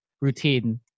routine